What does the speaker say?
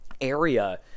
area